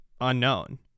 unknown